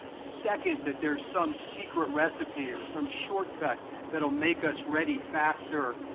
second, that there's some secret recipe or some shortcut that'll make us ready faster.